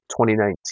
2019